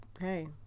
hey